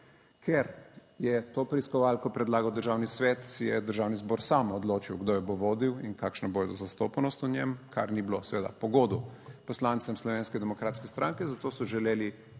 Ker je to preiskovalko predlagal Državni svet, se je Državni zbor sam odločil, kdo jo bo vodil in kakšna bo zastopanost v njem, kar ni bilo seveda po godu poslancem Slovenske demokratske stranke, zato so želeli